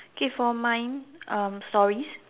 okay for mine um stories